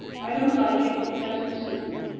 i don't like it. it doesn't suit me.